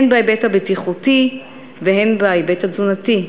הן בהיבט הבטיחותי והן בהיבט התזונתי.